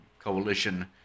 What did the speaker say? coalition